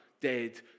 dead